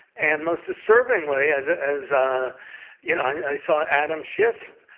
and most disturbingly, as ah as ah you know, i saw adam schiff,